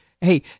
Hey